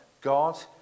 God